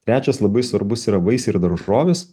trečias labai svarbus yra vaisiai ir daržovės